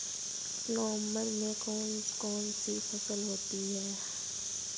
नवंबर में कौन कौन सी फसलें होती हैं?